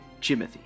Jimothy